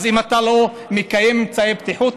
אז אם אתה לא מקיים אמצעי בטיחות,